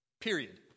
Period